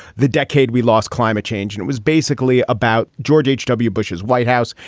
the decade we lost climate change, and it was basically about george h w. bush's white house.